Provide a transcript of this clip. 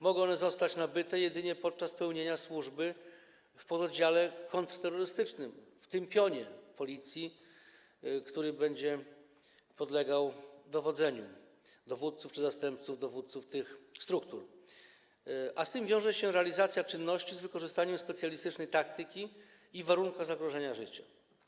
Mogą one zostać nabyte jedynie podczas pełnienia służby w pododdziale kontrterrorystycznym, w tym pionie Policji, który będzie podlegał dowodzeniu dowódców czy zastępców dowódców tych struktur, a z tym wiąże się realizacja czynności z wykorzystaniem specjalistycznej taktyki i w warunkach zagrożenia życia.